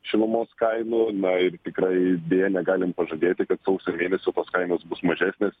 šilumos kainų na ir tikrai deja negalim pažadėti kad sausio tos kainos bus mažesnės